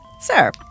Sir